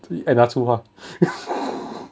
and 骂粗话